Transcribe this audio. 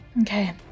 okay